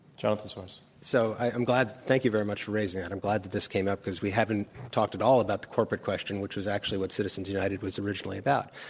jonathan soros. so i'm glad thank you very much for raising that. i'm glad that this came up because we haven't talked at all about the corporate question which is actually what citizens united was originally about.